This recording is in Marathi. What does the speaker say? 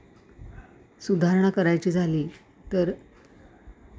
सुधारणा करायची झाली तर